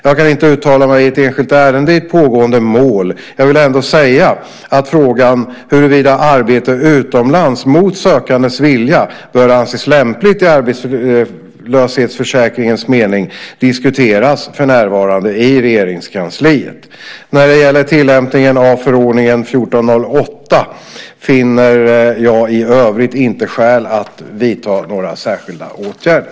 Jag kan inte uttala mig i ett enskilt ärende i ett pågående mål. Jag vill ändå säga att frågan huruvida arbete utomlands mot sökandens vilja bör anses lämpligt i arbetslöshetsförsäkringens mening diskuteras för närvarande i Regeringskansliet. När det gäller tillämpningen av förordning nr 1408 finner jag i övrigt inte skäl att vidta några särskilda åtgärder.